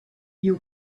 you